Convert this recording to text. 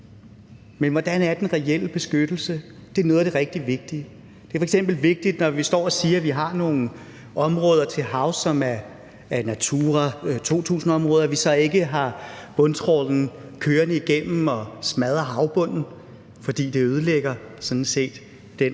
Men hvordan er den reelle beskyttelse? Det er noget af det rigtig vigtige. Det er f.eks. vigtigt, når vi står og siger, at vi har nogle områder til havs, som er Natura 2000-områder, at vi så ikke har bundtrawl kørende igennem og smadre havbunden, for det ødelægger sådan set den